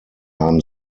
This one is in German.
haben